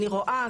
אני רואה,